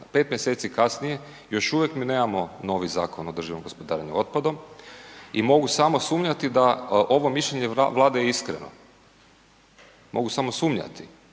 5 mjeseci kasnije još uvijek mi nemamo novi Zakon o održivom gospodarenju otpadom i mogu samo sumnjati da ovo mišljenje Vlade je iskreno. Mogu samo sumnjati